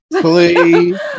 Please